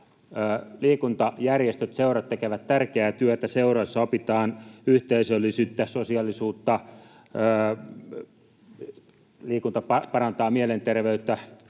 Liikuntajärjestöt, seurat tekevät tärkeätä työtä. Seurassa opitaan yhteisöllisyyttä, sosiaalisuutta. Liikunta parantaa mielenterveyttä,